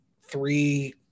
three